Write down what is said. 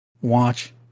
watch